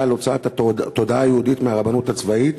על הוצאת התודעה היהודית מהרבנות הצבאית